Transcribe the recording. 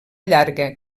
llarga